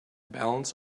balance